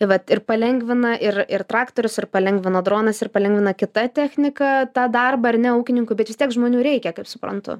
vat ir palengvina ir ir traktorius ir palengvino dronas ir palengvina kita technika tą darbą ar ne ūkininkų bet vis tiek žmonių reikia kaip suprantu